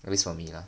at least for me lah